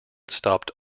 stopped